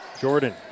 Jordan